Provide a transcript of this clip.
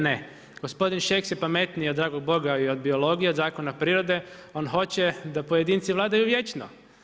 Ne, gospodin Šeks je pametniji od dragog Boga i biologije od zakona prirode, on hoće da pojedinci vladaju vječno.